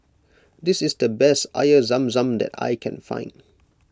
this is the best Air Zam Zam that I can find